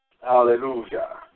Hallelujah